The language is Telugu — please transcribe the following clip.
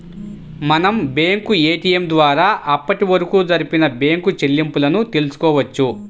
మనం బ్యేంకు ఏటియం ద్వారా అప్పటివరకు జరిపిన బ్యేంకు చెల్లింపులను తెల్సుకోవచ్చు